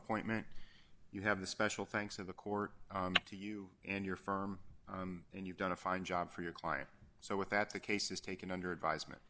appointment you have the special thanks to the court to you and your firm and you've done a fine job for your client so with that the case is taken under advisement